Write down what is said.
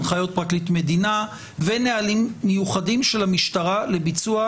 הנחיות פרקליט מדינה ונהלים מיוחדים של המשטרה לביצוע